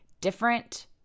different